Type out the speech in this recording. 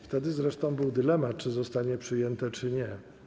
Wtedy zresztą był dylemat, czy zostanie przyjęte, czy nie.